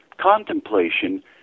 Contemplation